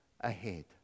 ahead